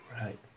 Right